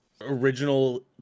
original